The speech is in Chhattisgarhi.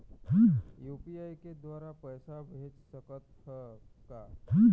यू.पी.आई के द्वारा पैसा भेज सकत ह का?